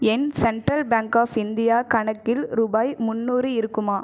N Central Bank of India கணக்கில் ரூபாய் முந்நூறு இருக்குமா